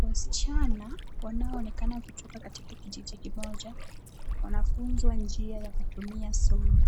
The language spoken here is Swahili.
Wasichana wanaoonekana kutoka kijiji kimoja wanafunzwa njia ya kutumia sodo,